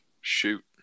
shoot